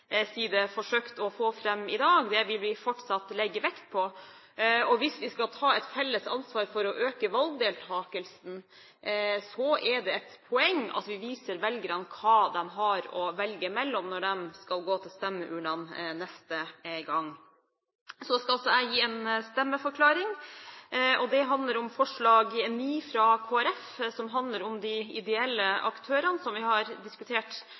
side forsøkt å få fram i dag. Det vil vi fortsatt legge vekt på. Hvis vi skal ta et felles ansvar for å øke valgdeltakelsen, er det et poeng at vi viser velgerne hva de har å velge mellom når de skal gå til stemmeurnene neste gang. Så skal også jeg gi en stemmeforklaring. Det gjelder forslag nr. 9, fra Kristelig Folkeparti, som handler om de ideelle aktørene, som vi har diskutert